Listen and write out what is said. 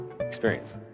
experience